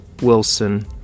Wilson